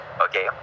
Okay